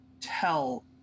tell